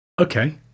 Okay